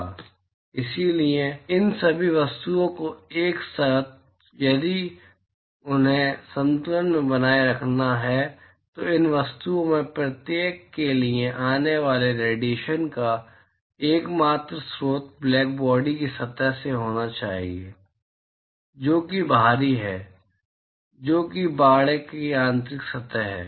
और इसलिए इन सभी वस्तुओं को एक साथ यदि उन्हें संतुलन में बनाए रखना है तो इन वस्तुओं में से प्रत्येक के लिए आने वाले रेडिएशन का एकमात्र स्रोत ब्लैकबॉडी की सतह से होना चाहिए जो कि बाहरी है जो कि बाड़े की आंतरिक सतह है